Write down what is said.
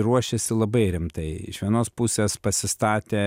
ruošėsi labai rimtai iš vienos pusės pasistatė